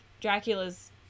Dracula's